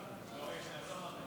ולכן היא לא תקודם.